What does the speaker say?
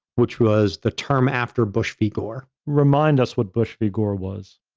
which was the term after bush v. gore. remind us with bush v. gore was.